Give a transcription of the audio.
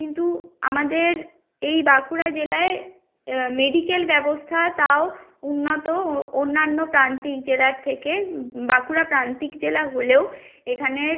কিন্তু আমাদের এই বাঁকুড়া জেলায় মেডিক্যাল ব্যবস্থা তাও উন্নত অন্যান্য প্রান্তিক জেলার থেকে বাঁকুড়া প্রান্তিক জেলা হলেও এখানের